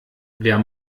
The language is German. wer